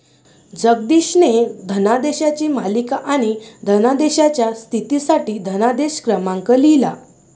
जगदीशने धनादेशांची मालिका आणि धनादेशाच्या स्थितीसाठी धनादेश क्रमांक लिहिला